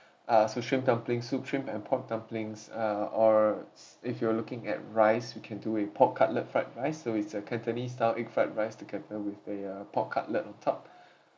uh so shirmp dumpling soup shrimp and pork dumplings uh or if you are looking at rice we can do a pork cutlet fried rice so it's a cantonese style egg fried rice together with a uh pork cutlet on top